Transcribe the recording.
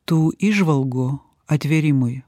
tų įžvalgų atvėrimui